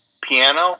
piano